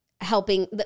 helping-